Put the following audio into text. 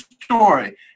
story